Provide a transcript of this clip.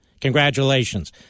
Congratulations